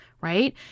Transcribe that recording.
right